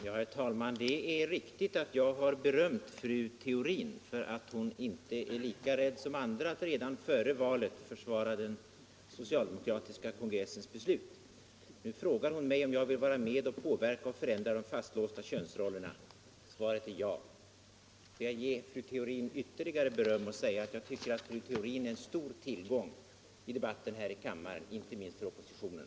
Herr talman! Det är riktigt att jag har berömt fru Theorin för att hon inte är lika rädd som andra att redan före valet försvara den socialdemokratiska kongressens beslut. Nu frågar hon mig om jag vill vara med om att påverka och ändra de fastlåsta könsrollerna. Svaret är ja. Får jag ge fru Theorin ytterligare beröm och säga att jag tycker att fru Theorin är en stor tillgång i debatten här i kammaren, inte minst för oppositionen.